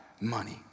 money